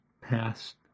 past